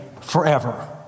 forever